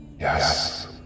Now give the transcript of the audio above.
Yes